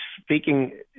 speaking